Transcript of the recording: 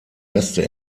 reste